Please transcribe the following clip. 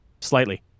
slightly